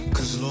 Cause